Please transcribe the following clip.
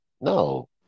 No